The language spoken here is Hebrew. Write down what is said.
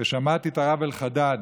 שמעתי את הרב אלחדד,